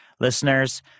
Listeners